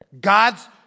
God's